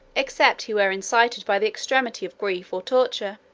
except he were incited by the extremity of grief or torture.